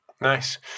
Nice